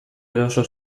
eraso